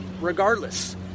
regardless